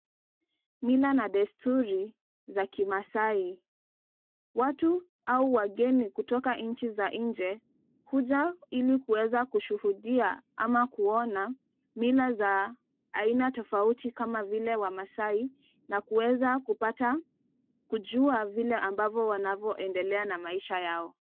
Mila na desturi za kimaasai. Watu au wageni kutoka nchi za nje huja ili kuweza kushuhudia ama kuona mila za aina tofauti kama vile wamaasai na kuweza kupata kujua vile ambavyo wanavyoendelea na maisha yao.